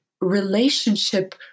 relationship